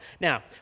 Now